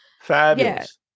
Fabulous